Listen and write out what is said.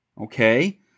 okay